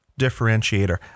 differentiator